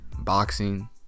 boxing